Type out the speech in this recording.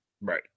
Right